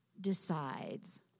decides